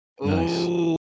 Nice